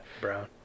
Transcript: Brown